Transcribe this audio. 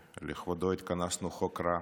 שלכבודו התכנסנו, הוא חוק רע.